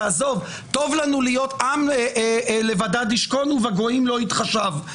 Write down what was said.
שטוב לנו להיות עם לבדד ישכון ובגויים לא יתחשב.